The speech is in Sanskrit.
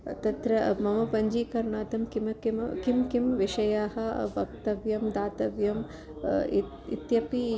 तत्र मम पञ्जीकरणार्थं किं किं किं किं विषयाः वक्तव्यं दातव्यम् इति इत्यपि